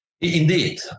Indeed